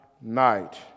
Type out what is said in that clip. night